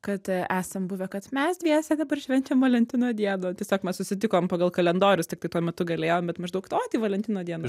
kad esam buvę kad mes dviese dabar švenčiam valentino dieną tiesiog mes susitikom pagal kalendorius tik tai tuo metu galėjom bet maždaug o tai valentino dieną